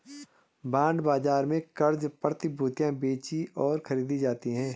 bond बाजार में क़र्ज़ प्रतिभूतियां बेचीं और खरीदी जाती हैं